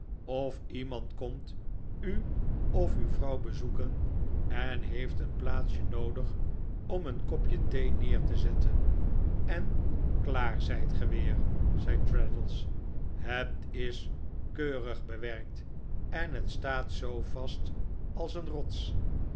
of iemand komt u of uw vrouw bezoeken en heeft een plaatsje noodig om een kopje thee neer te zetten en klaar zijt ge weer zei traddles het is keurig bewerkt en het staat zoo vast als een rots